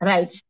Right